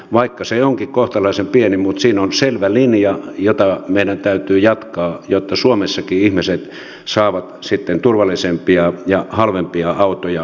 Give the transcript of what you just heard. vaikka se onkin kohtalaisen pieni siinä on selvä linja jota meidän täytyy jatkaa jotta suomessakin ihmiset saavat sitten turvallisempia ja halvempia autoja ostaa